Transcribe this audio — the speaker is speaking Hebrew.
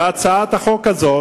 בהצעת החוק הזאת,